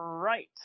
Right